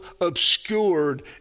obscured